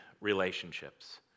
relationships